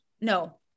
no